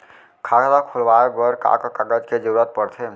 खाता खोलवाये बर का का कागज के जरूरत पड़थे?